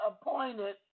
appointed